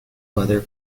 weather